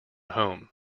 home